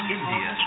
India